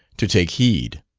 to take heed.